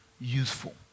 useful